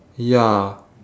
ya